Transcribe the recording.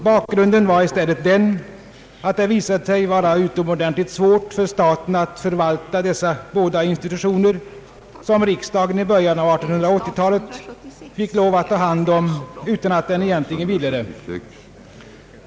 Bakgrunden var i stället den, att det visat sig vara utomordentligt svårt för staten att förvalta dessa båda institutioner, som riksdagen i början av 1880-talet fick lov att ta hand om utan att den egentligen ville det.